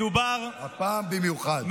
הפעם במיוחד.